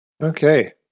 Okay